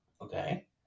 Okay